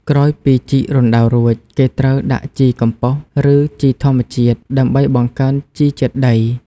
ក្រោយពីជីករណ្ដៅរួច គេត្រូវដាក់ជីកំប៉ុស្ត ឬជីធម្មជាតិ ដើម្បីបង្កើនជីជាតិដី។